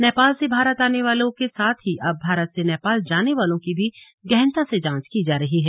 नेपाल से भारत आने वालों के साथ ही अब भारत से नेपाल जाने वालों की भी गहनता से जांच की जा रही है